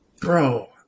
Bro